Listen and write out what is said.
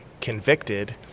convicted